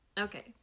Okay